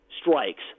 strikes